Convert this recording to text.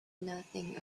nothing